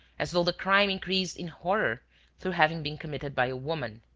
as though the crime increased in horror through having been committed by a woman.